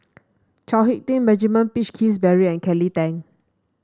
Chao HicK Tin Benjamin Peach Keasberry and Kelly Tang